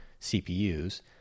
CPUs